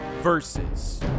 Versus